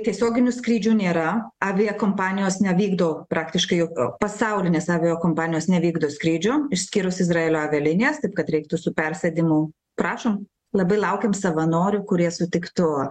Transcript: tiesioginių skrydžių nėra aviakompanijos nevykdo praktiškai jok pasaulinės aviakompanijos nevykdo skrydžių išskyrus izraelio avialinijas taip kad reiktų su persėdimu prašom labai laukėm savanorių kurie sutiktų